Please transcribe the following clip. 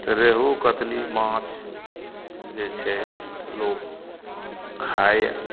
रेहू कतली माछ जे छै लोक खाइ यऽ